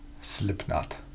Slipknot